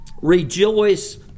Rejoice